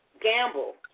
Gamble